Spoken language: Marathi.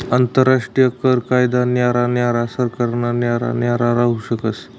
आंतरराष्ट्रीय कर कायदा न्यारा न्यारा सरकारना न्यारा न्यारा राहू शकस